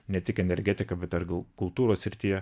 ne tik energetika bet dar gal kultūros srityje